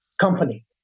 company